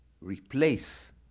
replace